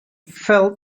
felt